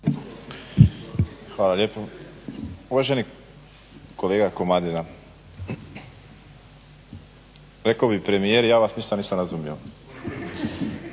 Hvala lijepo. Uvaženi kolega Komadina, rekao bi premijer ja vas ništa nisam razumio,